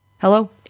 Hello